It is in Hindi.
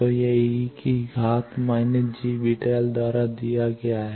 तो यह e− jβl द्वारा दिया गया है